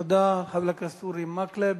תודה לחבר הכנסת אורי מקלב.